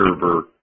server